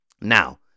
Now